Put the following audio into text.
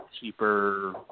cheaper